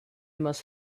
must